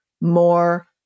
more